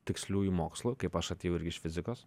tiksliųjų mokslų kaip aš atėjau irgi iš fizikos